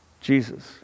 Jesus